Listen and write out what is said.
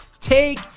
Take